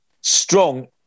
strong